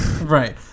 Right